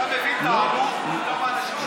אז אתה מבין, לא, לא.